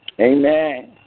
Amen